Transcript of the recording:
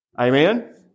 Amen